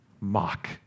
mock